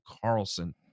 Carlson